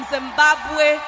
Zimbabwe